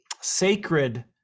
sacred